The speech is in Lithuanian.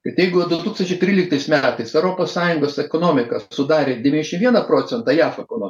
kad jeigu du tūkstančiai tryliktais metais europos sąjungos ekonomika sudarė devyniasdešimt vieną procentą jav ekonomikos